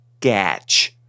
Gatch